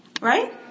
Right